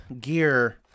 gear